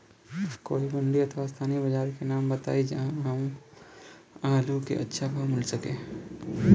कोई मंडी अथवा स्थानीय बाजार के नाम बताई जहां हमर आलू के अच्छा भाव मिल सके?